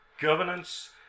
governance